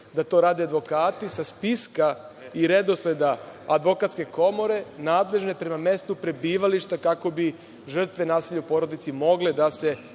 da to rade advokati sa spiska i redosleda Advokatske komore nadležne prema mestu prebivališta, kako bi žrtve nasilja u porodici mogle da se